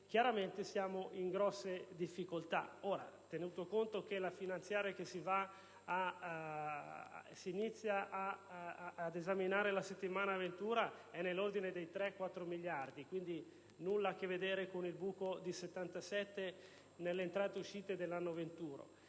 chiaro che siamo in grosse difficoltà. Tenuto conto che la finanziaria che inizieremo ad esaminare la settimana ventura è nell'ordine dei 3-4 miliardi - quindi nulla a che vedere con il buco entrate-uscite di 77 miliardi dell'anno venturo